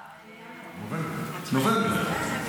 בנובמבר.